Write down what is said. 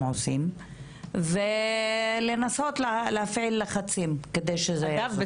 עושים ולנסות להפעיל לחצים כדי שזה --- אגב,